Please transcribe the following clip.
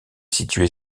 situé